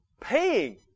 paying